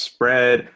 Spread